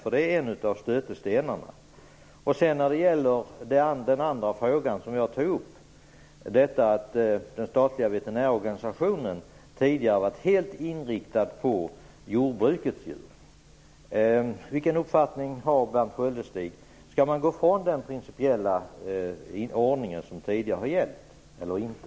Det här är nämligen en av stötestenarna. Den andra frågan jag tog upp var att den statliga veterinärorganisationen tidigare varit helt inriktad på jordbrukets djur. Vilken uppfattning har Berndt Sköldestig? Skall man gå från den principiella ordning som tidigare har gällt eller inte?